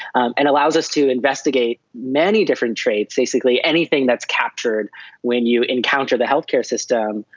um and allows us to investigate many different traits, basically anything that's captured when you encounter the healthcare system.